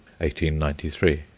1893